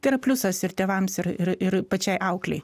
tai yra pliusas ir tėvams ir ir ir pačiai auklei